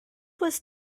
was